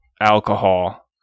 alcohol